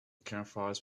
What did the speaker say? campfires